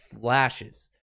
flashes